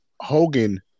Hogan